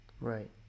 Right